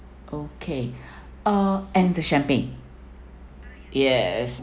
okay ah and the champagne yes